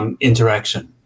interaction